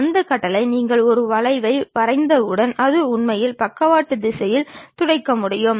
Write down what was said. அந்த கட்டளை நீங்கள் ஒரு வளைவை வரைந்தவுடன் அதை உண்மையில் பக்கவாட்டு திசையில் துடைக்க முடியும்